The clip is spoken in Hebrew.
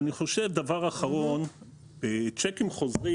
דבר אחרון הוא לגבי צ'קים חוזרים.